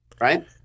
Right